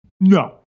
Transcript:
No